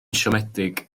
siomedig